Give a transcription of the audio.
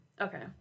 Okay